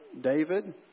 David